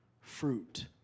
fruit